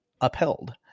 upheld